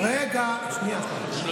כמה נציגים?